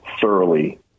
thoroughly